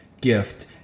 gift